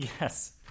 yes